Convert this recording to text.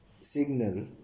signal